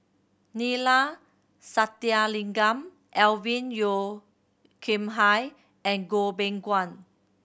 Neila Sathyalingam Alvin Yeo Khirn Hai and Goh Beng Kwan